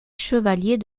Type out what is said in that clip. chevalier